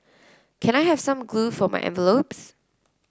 can I have some glue for my envelopes